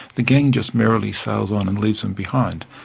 the gang just merrily sails on and leaves them behind.